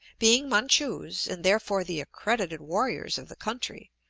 being manchus, and therefore the accredited warriors of the country,